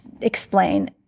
explain